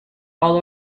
all